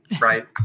Right